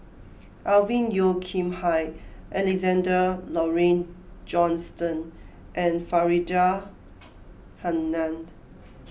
Alvin Yeo Khirn Hai Alexander Laurie Johnston and Faridah Hanum